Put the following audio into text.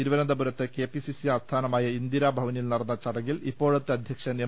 തിരുവനന്തപുരത്ത് കെപിസിസി ആസ്ഥാനമായ ഇന്ദിരാഭവനിൽ നടന്ന ചടങ്ങിൽ ഇപ്പോഴത്തെ അധ്യക്ഷൻ എം